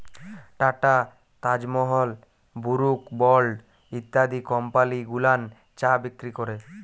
tata, Taj Mahal, Brooke Bond ইত্যাদি company গুলান চা বিক্রি ক্যরে